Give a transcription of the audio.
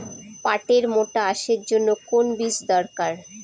পাটের মোটা আঁশের জন্য কোন বীজ দরকার?